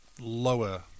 lower